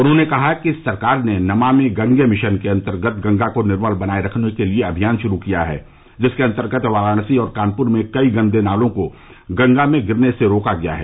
उन्होंने कहा कि सरकार ने नमामि गंगे मिशन के अंतर्गत गंगा को निर्मल बनाए रखने के लिए अभियान शरू किया है जिसके अंतर्गत वाराणसी और कानपुर में कई गंदे नालों को गंगा में गिरने से रोका गया है